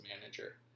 manager